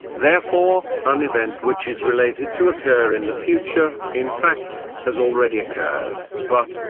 therefore, an event which is related to occur in the future, in fact, has already occurred, but,